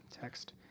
text